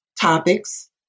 topics